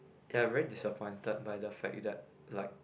ya very disappointed by the fact that like